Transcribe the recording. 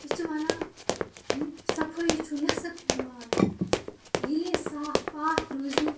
یہِ چھِ وَنان صفٲیی چھُو نصٮ۪ف ایٖمان ییٚلے صاف پاک روٗزیوٗ